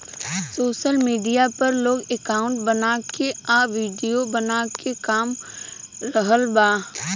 social media पर लोग account बना के आ विडिओ बना के कमा रहल बा